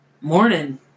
Morning